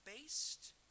based